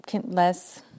less